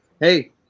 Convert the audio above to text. Hey